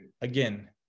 again